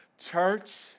Church